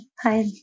Hi